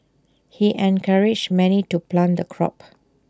he encouraged many to plant the crop